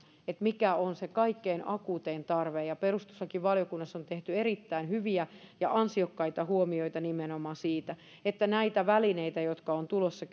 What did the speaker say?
mikä on se kaikkein akuutein tarve perustuslakivaliokunnassa on tehty erittäin hyviä ja ansiokkaita huomioita nimenomaan siitä että näitä välineitä jotka ovat tulossa